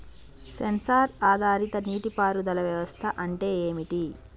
Censor ఆధారిత నీటి పారుదల వ్యవస్థ అంటే ఏమిటి?